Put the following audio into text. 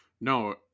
No